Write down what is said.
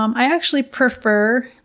um i actually prefer,